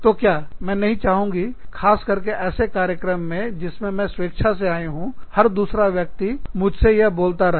तो क्या मैं नहीं चाहूँगी खास करके ऐसे कार्यक्रमों में जिसमें मैं स्वेच्छा से आई हूँ हर दूसरा व्यक्ति मुझे यह बोलता रहे